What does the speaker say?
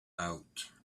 out